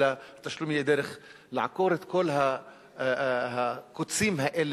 אלא התשלום יהיה דרך לעקור את כל הקוצים האלה,